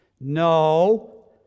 No